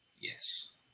Yes